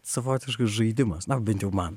savotiškas žaidimas na bent jau man